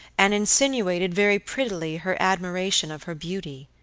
and insinuated very prettily her admiration of her beauty.